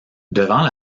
devant